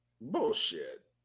bullshit